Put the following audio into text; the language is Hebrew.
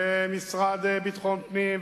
והמשרד לביטחון הפנים,